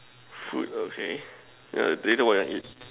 food okay yeah later what you want to eat